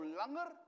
langer